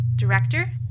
Director